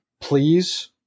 please